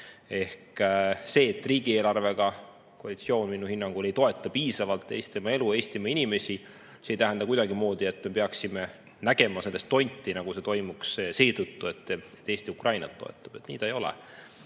Ehk see, et riigieelarvega koalitsioon minu hinnangul ei toeta piisavalt Eestimaa elu, Eestimaa inimesi, ei tähenda kuidagimoodi, et me peaksime nägema selles tonti, nagu see toimuks seetõttu, et Eesti Ukrainat toetab. Nii see ei ole.